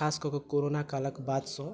खास कऽ कऽ कोरोना कालक बादसँ